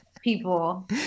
people